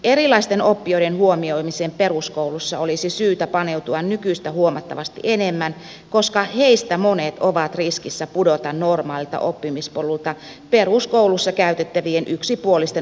erilaisten oppijoiden huomioimiseen peruskoulussa olisi syytä paneutua nykyistä huomattavasti enemmän koska heistä monet ovat riskissä pudota normaalilta oppimispolulta peruskoulussa käytettävien yksipuolisten opetusmenetelmien takia